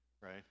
right